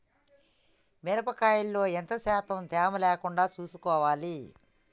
మిరప కాయల్లో ఎంత శాతం తేమ లేకుండా చూసుకోవాలి?